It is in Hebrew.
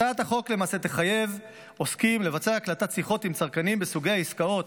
הצעת החוק למעשה תחייב עוסקים לבצע הקלטת שיחות עם צרכנים בסוגי העסקאות